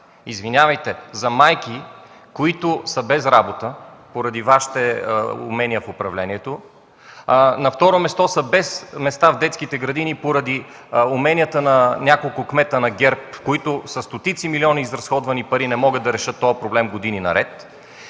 Извинявайте, за майки, които са без работа поради Вашите умения в управлението, на второ място, са без места в детските градини поради уменията на няколко кмета на ГЕРБ, които със стотици милиони изразходвани пари не могат да решат този проблем години наред,